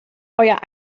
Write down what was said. euer